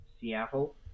Seattle